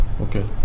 Okay